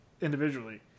individually